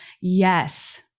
yes